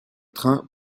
train